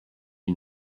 you